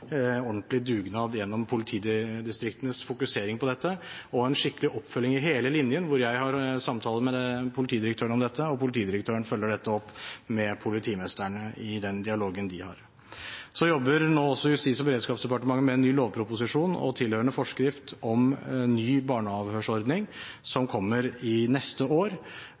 ordentlig dugnad gjennom politidistriktenes fokusering på dette, og en skikkelig oppfølging i hele linjen, hvor jeg har samtaler med politidirektøren om dette, og politidirektøren følger det opp med politimestrene i den dialogen de har. Justis- og beredskapsdepartementet jobber også med en ny lovproposisjon og tilhørende forskrift om ny barneavhørsordning, som kommer neste år.